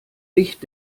licht